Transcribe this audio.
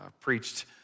preached